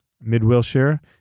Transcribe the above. Mid-Wilshire